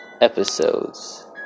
episodes